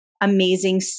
Amazing